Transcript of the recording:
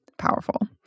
Powerful